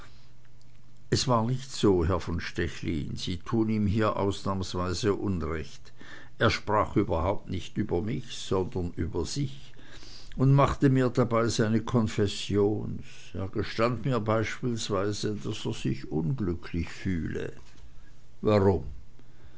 es war nicht so herr von stechlin sie tun ihm hier ausnahmsweise unrecht er sprach überhaupt nicht über mich sondern über sich und machte mir dabei seine confessions er gestand mir beispielsweise daß er sich unglücklich fühle warum